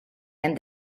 and